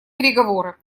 переговоры